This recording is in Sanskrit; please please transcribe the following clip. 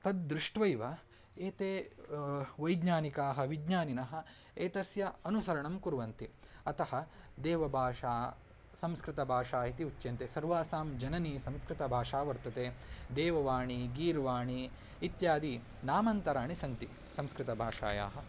तद् दृष्ट्वैव एते वैज्ञानिकाः विज्ञानिनः एतस्य अनुसरणं कुर्वन्ति अतः देवभाषा संस्कृतभाषा इति उच्यते सर्वासां जननी संस्कृतभाषा वर्तते देववाणी गीर्वाणी इत्यादिनामन्तराणि सन्ति संस्कृतभाषायाः